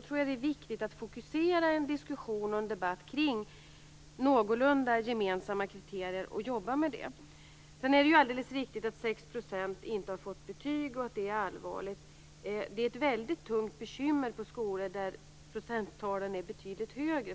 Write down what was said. tror jag att det är viktigt att fokusera diskussionen och debatten kring någorlunda gemensamma kriterier och jobba med dem. Det är alldeles riktigt att 6 % inte har fått betyg och att det är allvarligt. Det är ett väldigt tungt bekymmer på skolor där procenttalen är betydligt högre.